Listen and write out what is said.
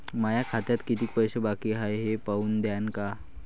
माया खात्यात कितीक पैसे बाकी हाय हे पाहून द्यान का?